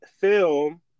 film